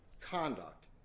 conduct